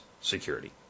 security